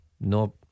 No